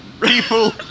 People